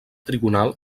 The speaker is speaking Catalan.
trigonal